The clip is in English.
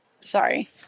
sorry